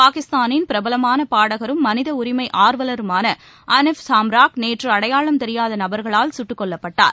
பாகிஸ்தானின் பிரபலமான பாடகரும் மனித உரிமை ஆர்வலருமான அனிஃப் சாம்ராக் நேற்று அடையாளம் தெரியாத நபர்களால் சுட்டுக் கொல்லப்பட்டார்